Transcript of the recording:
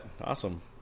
Awesome